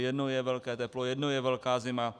Jednou je velké teplo, jednou je velká zima.